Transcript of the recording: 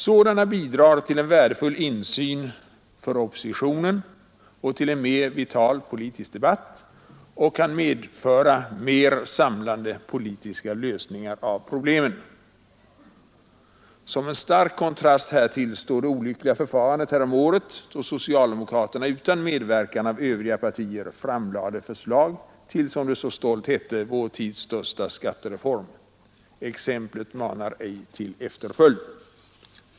Sådana bidrar till en värdefull insyn för oppositionen och till en mer vital politisk debatt och kan medföra mer samlande politiska lösningar av problemen. Som en stark kontrast härtill står det olyckliga förfarandet häromåret då socialdemokraterna utan medverkan av övriga partier framlade förslag till, som man så stolt sade, vår tids största skattereform. Exemplet manar ej till efterföljd.